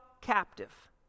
captive